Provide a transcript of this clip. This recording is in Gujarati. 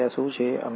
પ્રક્રિયા શું છે